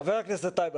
חבר הכנסת טייב,